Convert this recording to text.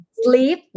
sleep